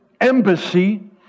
embassy